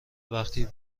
وقتی